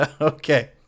Okay